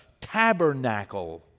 Tabernacle